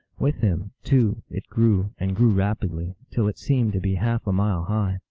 with him, too, it grew, and grew rapidly, till it seemed to be half a mile high.